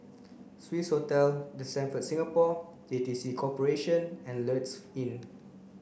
Swissotel The Stamford Singapore J T C Corporation and Lloyds Inn